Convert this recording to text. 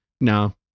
No